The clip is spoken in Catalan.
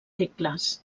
tecles